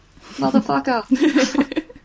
motherfucker